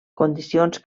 condicions